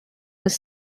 was